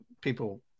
people